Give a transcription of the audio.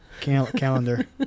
calendar